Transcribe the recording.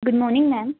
good morning ma'am